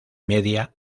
media